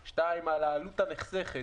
שתיים, על העלות הנחסכת.